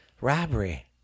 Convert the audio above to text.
Robbery